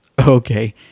okay